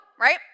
right